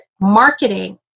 marketing